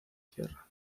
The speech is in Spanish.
tierra